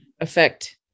affect